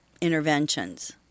interventions